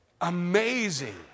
amazing